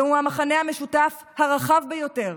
זהו המכנה המשותף הרחב ביותר.